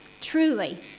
truly